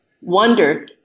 wonder